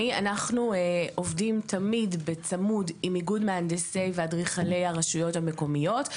אנחנו עובדים תמיד בצמוד עם איגוד מהנדסי ואדריכלי הרשויות המקומיות.